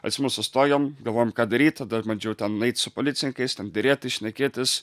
atsimenu sustojom galvojam ką daryt tada bandžiau ten eit su policininkais ten derėtis šnekėtis